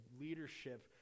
leadership